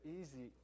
easy